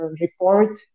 report